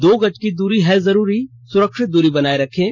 दो गज की दूरी है जरूरी सुरक्षित दूरी बनाए रखें